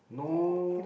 no